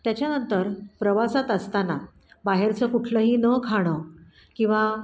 त्याच्यानंतर प्रवासात असताना बाहेरचं कुठलंही न खाणं किंवा